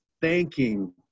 thanking